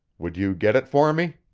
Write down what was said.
would you get it for me?